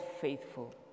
faithful